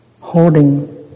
holding